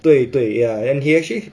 对对 ya and he actually